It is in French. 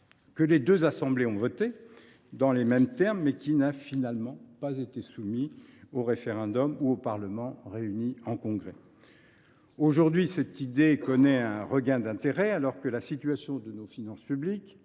que les deux assemblées ont voté dans les mêmes termes, mais qui n’a finalement pas été soumis au référendum ou au Parlement réuni en Congrès. Aujourd’hui, cette idée connaît un regain d’intérêt, alors que la situation de nos finances publiques